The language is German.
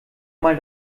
mal